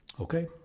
Okay